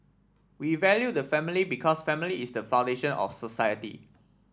we value the family because family is the foundation of society